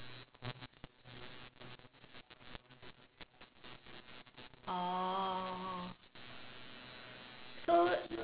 orh so